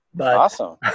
Awesome